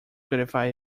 gratify